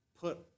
put